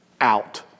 out